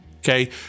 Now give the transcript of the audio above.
Okay